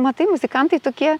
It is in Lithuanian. matai muzikantai tokie